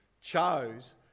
chose